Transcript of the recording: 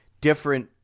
different